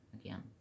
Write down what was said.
again